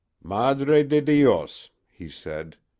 madre de dios he said,